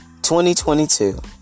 2022